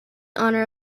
honor